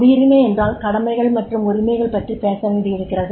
குடியுரிமை என்றால் கடமைகள் மற்றும் உரிமைகள் பற்றி பேசவேண்டியிருக்கிறது